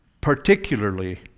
particularly